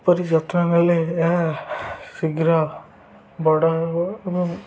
ଏପରି ଯତ୍ନ ନେଲେ ଏହା ଶୀଘ୍ର ବଡ଼ ହେବ ଏବଂ